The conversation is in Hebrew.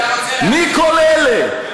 מי כל אלה?